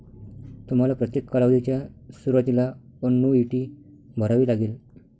तुम्हाला प्रत्येक कालावधीच्या सुरुवातीला अन्नुईटी भरावी लागेल